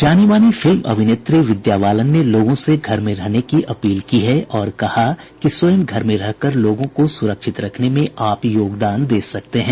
जानी मानी फिल्म अभिनेत्री विद्या बालन ने लोगों से घर में रहने की अपील की है और कहा कि स्वयं घर में रहकर लोगों को सुरक्षित रखने में आप योगदान दे सकते हैं